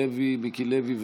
מיקי לוי,